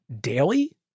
daily